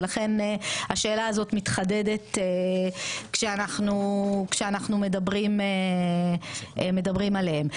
ולכן השאלה הזאת מתחדדת כשאנחנו מדברים עליהם.